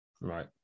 Right